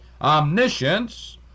omniscience